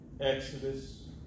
Exodus